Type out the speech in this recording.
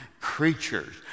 creatures